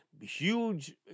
huge